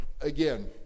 Again